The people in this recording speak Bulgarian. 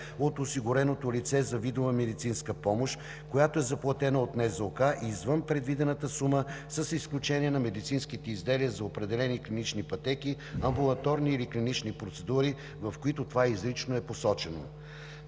от осигуреното лице за видове медицинска помощ, която е заплатена от НЗОК извън предвидената сума, с изключение на медицинските изделия за определени клинични пътеки, амбулаторни или клинични процедури, в които това изрично е посочено.